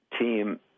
team